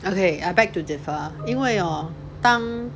okay I beg to differ 因为 hor 当